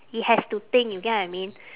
it has to think you get what I mean